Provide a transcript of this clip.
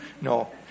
No